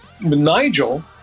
Nigel